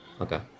Okay